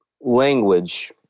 language